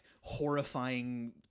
horrifying